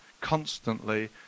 constantly